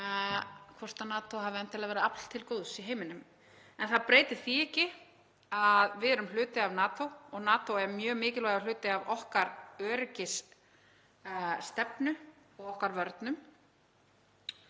hvort NATO hafi endilega verið afl til góðs í heiminum. Það breytir því ekki að við erum hluti af NATO og NATO er mjög mikilvægur hluti af okkar öryggisstefnu og vörnum